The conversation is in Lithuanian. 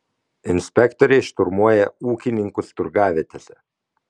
inspektoriai šturmuoja ūkininkus turgavietėse